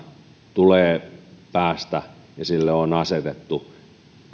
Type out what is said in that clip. tulee päästä toimimaan siinäkin tilanteessa ja sille on asetettu